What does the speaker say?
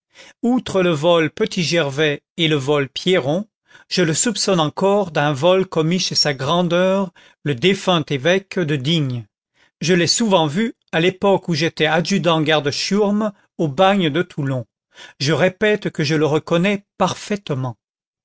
outre le vol petit gervais et le vol pierron je le soupçonne encore d'un vol commis chez sa grandeur le défunt évêque de digne je l'ai souvent vu à l'époque où j'étais adjudant garde chiourme au bagne de toulon je répète que je le reconnais parfaitement